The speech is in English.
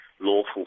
lawful